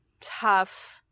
tough